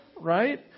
Right